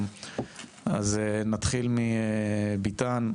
אז נתחיל מביטן,